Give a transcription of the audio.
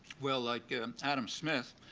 well, like adam smith,